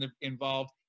involved